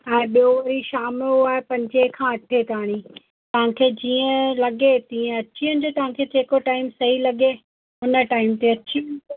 ऐं ॿियों वरी शाम जो आहे पंजें खां अठें ताणी तव्हांखे जीअं लॻे तीअं अची वञो तव्हांखे जेको टाइम सही लॻे उन टाइम ते अची वञो